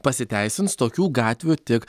pasiteisins tokių gatvių tik